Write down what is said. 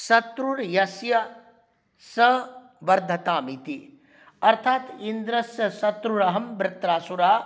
शत्रुर्यस्य सः वर्धताम् इति अर्थात् इन्द्रस्य शत्रुरहं वृत्रासुरः